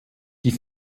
die